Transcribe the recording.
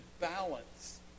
balance